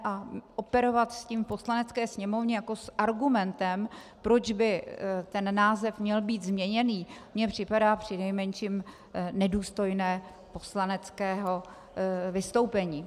A operovat s tím v Poslanecké sněmovně jako s argumentem, proč by ten název měl být změněný, mi připadá přinejmenším nedůstojné poslaneckého vystoupení.